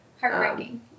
Heartbreaking